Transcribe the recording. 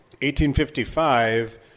1855